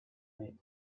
late